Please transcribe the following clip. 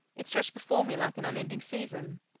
it stretched before me like an unending season.